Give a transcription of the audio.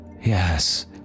Yes